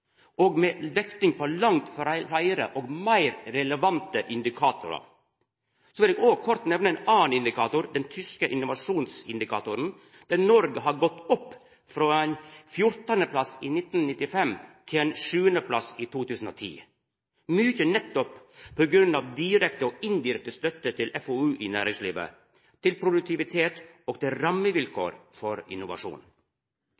og med vekting frå langt fleire og meir relevante indikatorar. Så vil eg kort nemna ein annan indikator, den tyske innovasjonsindikatoren, der Noreg har gått opp frå ein 14. plass i 1995 til ein 7. plass i 2010 – mykje nettopp på grunn av direkte og indirekte støtte til FoU i næringslivet, til produktivitet og til